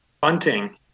bunting